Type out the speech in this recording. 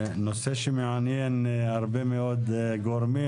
נושא שמעניין הרבה מאוד גורמים,